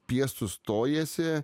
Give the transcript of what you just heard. piestu stojiesi